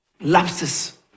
lapses